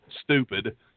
stupid